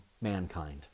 mankind